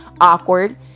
awkward